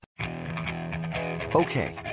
Okay